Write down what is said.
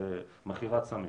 מכירת סמים,